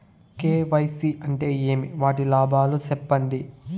KYC అంటే ఏమి? వాటి లాభాలు సెప్పండి?